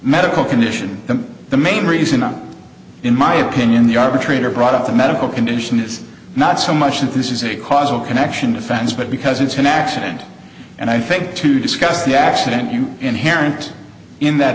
medical condition them the main reason i'm in my opinion the arbitrator brought up the medical condition is not so much that this is a causal connection offense but because it's an accident and i think to discuss the accident you inherent in that